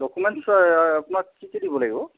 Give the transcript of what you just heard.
documents আপোনাক কি কি দিব লাগিব